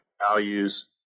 values